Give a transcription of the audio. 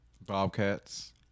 Bobcats